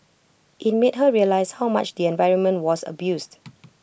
IT made her realise how much the environment was abused